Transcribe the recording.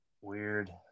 Weird